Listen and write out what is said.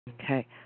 Okay